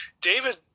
David